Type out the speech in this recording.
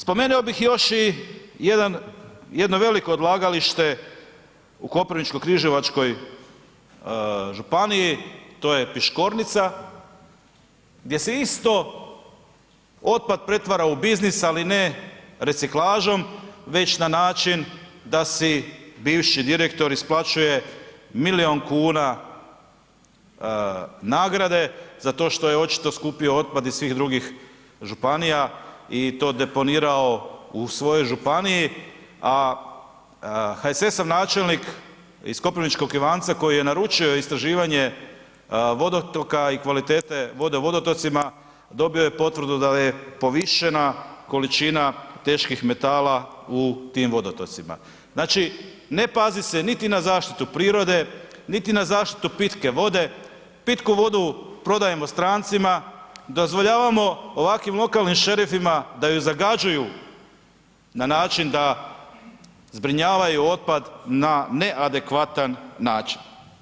Spomenuo bih još i jedno veliko odlagalište u Koprivničko-križevačkoj županiji, to je Piškornica gdje se isto otpad pretvara u biznis, ali ne reciklažom, već na način da si bivši direktor isplaćuje milijun kuna nagrade za to što je očito skupljao otpad iz svih drugih županija i to deponirao u svojoj županiji, a HSS-ov načelnik iz Koprivničkog Ivanca koji je naručio istraživanje vodotoka i kvalitete vode vodotocima dobio je potvrdu da je povišena količina teških metala u tim vodotocima, znači, ne pazi se niti na zaštitu prirode, niti na zaštitu pitke vode, pitku vodu prodajemo strancima, dozvoljavamo ovakvim lokalnim šerifima da ju zagađuju na način da zbrinjavaju otpad na neadekvatan način.